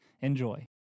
enjoy